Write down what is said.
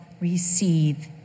receive